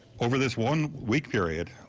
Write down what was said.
over this one week period,